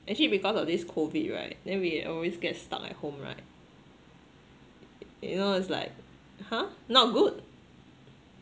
actually because of this COVID right then we always get stuck at home right you know it's like !huh! not good